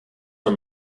are